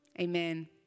Amen